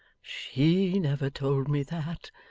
she never told me that.